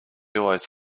always